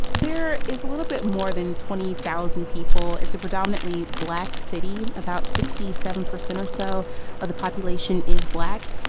there is a little bit more than twenty thousand people. it's a predominantly black city. about sixty seven percent or so of the population is black.